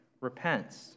repents